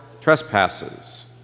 trespasses